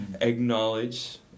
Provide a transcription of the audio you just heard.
acknowledge